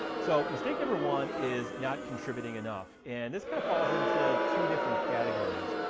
so mistake number one is not contributing enough and this kind of falls into two different categories.